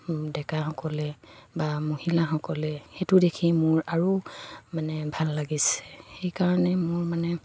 ডেকাসকলে বা মহিলাসকলে সেইটো দেখি মোৰ আৰু মানে ভাল লাগিছে সেইকাৰণে মোৰ মানে